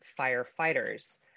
firefighters